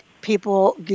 people